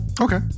Okay